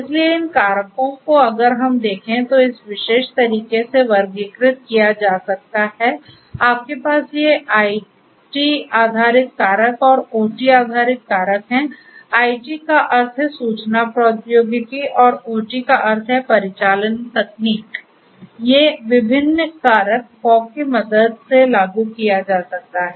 इसलिए इन कारकों को अगर हम देखें तो इस विशेष तरीके से वर्गीकृत किया जा सकता है आपके पास ये आईटी आधारित कारक और ओटी आधारित कारक हैं आईटी का अर्थ है सूचना प्रौद्योगिकी और ओटी का अर्थ है परिचालन तकनीक ये विभिन्न कारक फॉग की मदद से लागू किया जा सकता है